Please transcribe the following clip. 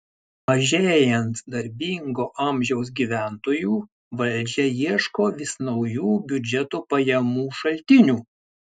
mažėjant darbingo amžiaus gyventojų valdžia ieško vis naujų biudžeto pajamų šaltinių